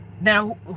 Now